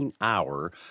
Hour